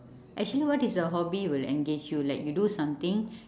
actually what is the hobby will engage you like you do something